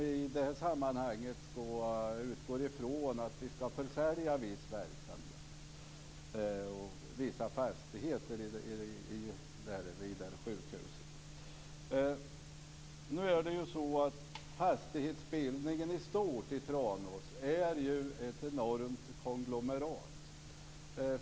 Vi utgår ifrån att vi skall försälja viss verksamhet, vissa fastigheter vid sjukhuset. Fastighetsbildningen i stort i Tranås är ett enormt konglomerat.